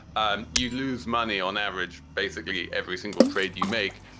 and you lose money on average, basically every single trade you make,